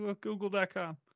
Google.com